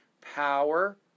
power